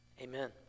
amen